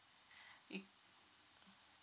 you